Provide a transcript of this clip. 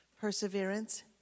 Perseverance